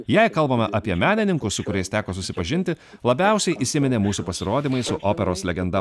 jei kalbame apie menininkus su kuriais teko susipažinti labiausiai įsiminė mūsų pasirodymai su operos legenda